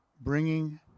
bringing